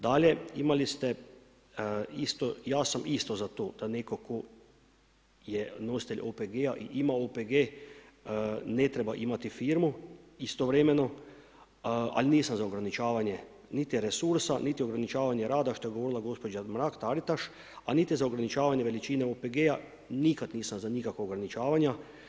Dalje, imali ste isto, ja sam isto za to da neko ko je nositelj OPG-a i ima OPG ne treba imati firmu istovremeno, ali nisam za ograničavanje niti resursa, niti ograničavanja rada što je govorila gospođa Mrak-Taritaš, a niti za ograničavanje veličine OPG-a nikad nisam za nikakva ograničavanja.